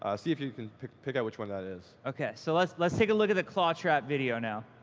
ah see if you can pick pick out which one that is. ok, so, let's let's take a look at the claw trap video now.